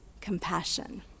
compassion